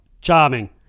Charming